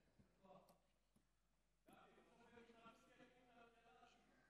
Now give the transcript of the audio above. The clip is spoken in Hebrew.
בסוף הם יתחרטו שהם הקימו את הממשלה הזאת.